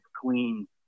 Queen